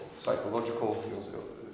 psychological